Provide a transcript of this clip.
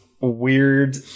weird